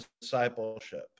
discipleship